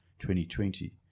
2020